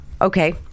Okay